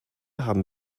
haben